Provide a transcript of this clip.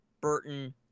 Burton